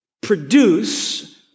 produce